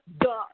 done